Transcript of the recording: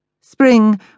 Spring